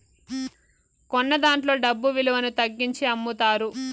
కొన్నదాంట్లో డబ్బు విలువను తగ్గించి అమ్ముతారు